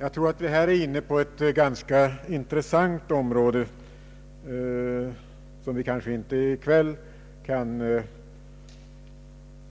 Jag tror att vi här är inne på ett ganska intressant problem som vi kanske inte kan utveckla